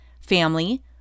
family